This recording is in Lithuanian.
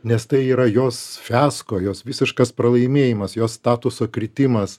nes tai yra jos fiasko jos visiškas pralaimėjimas jos statuso kritimas